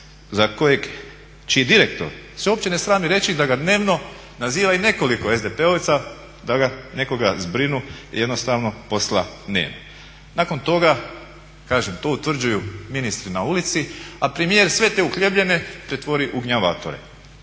za kojeg čiji direktor se uopće ne srami reći da ga dnevno naziva i nekoliko SDP-ovaca da nekoga zbrinu jer jednostavno posla nema. Nakon toga kažem to utvrđuju ministri na ulici, a premijer sve te uhljebljene pretvori u gnjavatore.